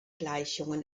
gleichungen